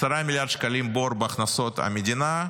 10 מיליארד שקלים בור בהכנסות המדינה,